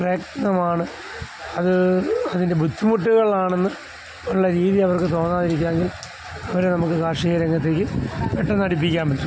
പ്രയത്നമാണ് അത് അതിൻ്റെ ബുദ്ധിമുട്ടുകളാണെന്ന് ഉള്ള രീതി അവർക്ക് തോന്നാതിരിക്കാമെങ്കിൽ അവരെ നമുക്ക് കാർഷിക രംഗത്തേക്ക് പെട്ടെന്ന് അടുപ്പിക്കാൻ പറ്റും